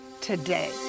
today